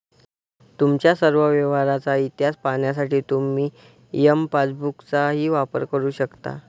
तुमच्या सर्व व्यवहारांचा इतिहास पाहण्यासाठी तुम्ही एम पासबुकचाही वापर करू शकता